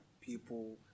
people